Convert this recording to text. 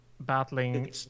battling